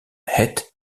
heath